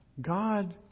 God